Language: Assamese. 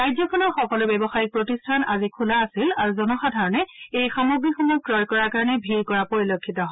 ৰাজ্যখনৰ সকলো ব্যৱসায়িক প্ৰতিষ্ঠান আজি খোলা আছিল আৰু জনসাধাৰণে এই সামগ্ৰীসমূহ ক্ৰয় কৰাৰ কাৰণে ভিৰ কৰা পৰিলক্ষিত হয়